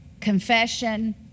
confession